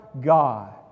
God